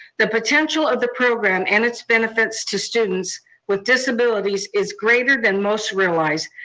the potential of the program and its benefits to students with disabilities is greater than most realize.